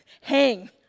hang